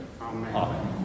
Amen